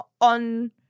on